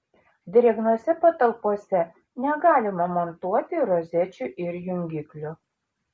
drėgnose patalpose negalima montuoti rozečių ir jungiklių